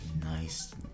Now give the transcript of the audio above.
nice